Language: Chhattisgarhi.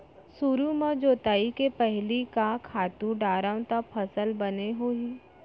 सुरु म जोताई के पहिली का खातू डारव त फसल बने होही?